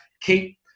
keep